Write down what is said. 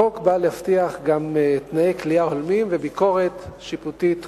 החוק בא להבטיח גם תנאי כליאה הולמים וגם ביקורת שיפוטית תקופתית.